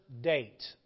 date